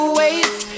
waste